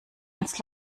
ans